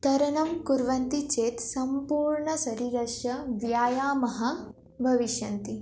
तरणं कुर्वन्ति चेत् सम्पूर्णशरीरस्य व्यायामः भविष्यति